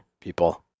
people